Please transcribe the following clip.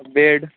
bed